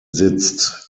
sitzt